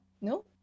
no